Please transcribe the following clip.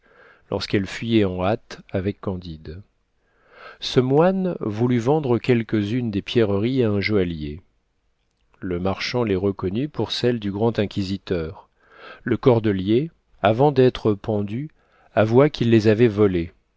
lorsqu'elle fuyait en hâte avec candide ce moine voulut vendre quelques unes des pierreries à un joaillier le marchand les reconnut pour celles du grand inquisiteur le cordelier avant d'être pendu avoua qu'il les avait volées